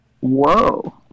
Whoa